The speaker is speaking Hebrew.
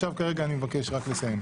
כרגע אני מבקש רק לסיים.